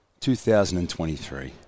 2023